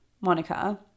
Monica